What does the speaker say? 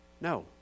No